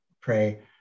pray